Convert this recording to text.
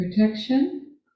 protection